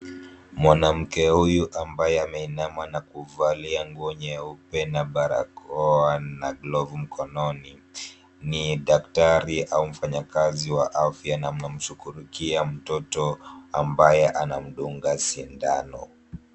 Mwanamke huyu ambaye ameinama na kuvalia nguo nyeupe na barakoa na glovu mkononi ni daktari au mfanyikazi wa afya na anamshughulikia mtoto ambaye anamdunga sindano .